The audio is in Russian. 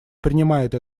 принимает